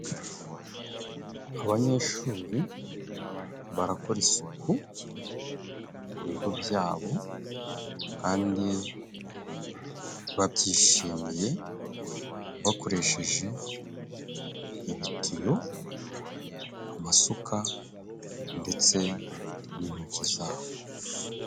Abanyeshuri barakora isuku ku bigo byabo kandi babyishimiye bakoresheje ibitiyo ,amasuka ndetse n'intoki zabo.